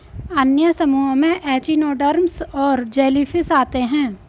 अन्य समूहों में एचिनोडर्म्स और जेलीफ़िश आते है